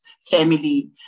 family